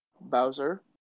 Bowser